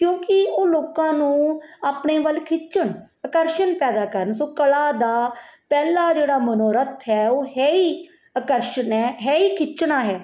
ਕਿਉਂਕਿ ਉਹ ਲੋਕਾਂ ਨੂੰ ਆਪਣੇ ਵੱਲ ਖਿੱਚਣ ਆਕਰਸ਼ਣ ਪੈਦਾ ਕਰਨ ਸੋ ਕਲਾ ਦਾ ਪਹਿਲਾ ਜਿਹੜਾ ਮਨੋਰਥ ਹੈ ਉਹ ਹੈ ਹੀ ਆਕਰਸ਼ਣ ਹੈ ਹੈ ਹੀ ਖਿੱਚਣਾ ਹੈ